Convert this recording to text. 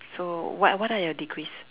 so what what are your degrees